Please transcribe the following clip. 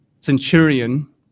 centurion